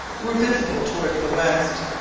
were visible towards the west.